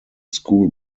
school